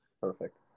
Perfect